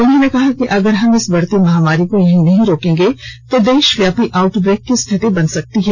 उन्होंने कहा कि अगर हम इस बढ़ती महामारी को यहीं नहीं रोकेंगे तो देशव्यापी आउटब्रेक की स्थिति बन सकती है